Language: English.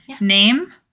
Name